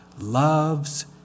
loves